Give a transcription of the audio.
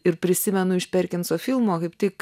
ir prisimenu iš perkinso filmo kaip tik